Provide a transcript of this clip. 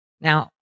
Now